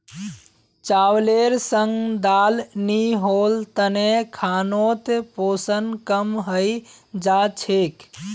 चावलेर संग दाल नी होल तने खानोत पोषण कम हई जा छेक